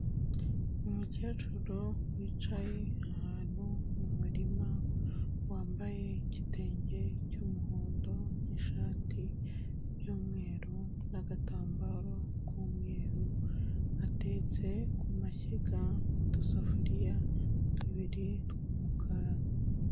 Umukecuru wicaye ahantu mu murima wambaye igitenge cy'umuhondo n'ishati y'umweru n'agatambaro k'umweru, atetse ku mashyiga mu dusafuriya tubiri tw'umukara.